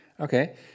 Okay